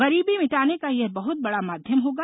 गरीबी मिटाने का यह बहुत बड़ा माध्यम होगा